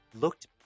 looked